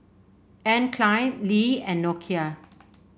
Anne Klein Lee and Nokia